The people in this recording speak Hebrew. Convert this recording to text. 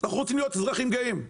אנחנו רוצים להיות אזרחים גאים,